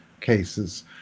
cases